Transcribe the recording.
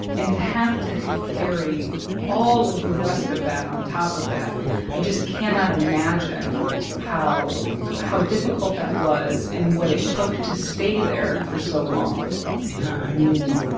and to have to carry all of the rest of that on top of that i just cannot imagine how how difficult that was and what it took to stay there for so long yeah. i mean,